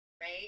right